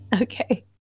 Okay